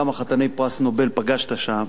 כמה חתני פרס נובל פגשת שם,